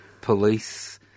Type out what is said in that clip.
police